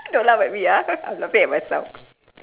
don't laugh at me ah I'm laughing at myself